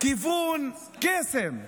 כיוון קסם,